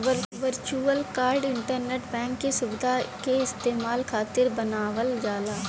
virtual card internet bank के सुविधा के इस्तेमाल खातिर बनावल जाला